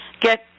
get